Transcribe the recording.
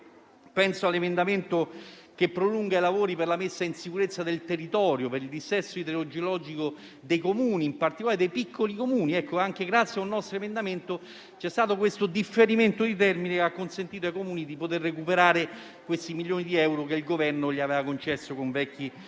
anche all'emendamento che prolunga i lavori per la messa in sicurezza del territorio, per il dissesto idrogeologico dei Comuni e, in particolare, dei piccoli Comuni. Grazie a un nostro emendamento c'è stato il differimento di termine che ha consentito ai Comuni di poter recuperare i milioni di euro che il Governo aveva concesso loro con